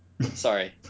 sorry